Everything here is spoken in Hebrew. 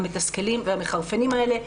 המתסכלים והמחרפנים האלה.